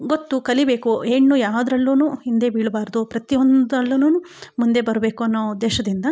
ಗೊತ್ತು ಕಲೀಬೇಕು ಹೆಣ್ಣು ಯಾವ್ದ್ರಲ್ಲೂ ಹಿಂದೆ ಬೀಳಬಾರ್ದು ಪ್ರತಿಯೊಂದ್ರಲ್ಲುನು ಮುಂದೆ ಬರಬೇಕು ಅನ್ನೋ ಉದ್ದೇಶದಿಂದ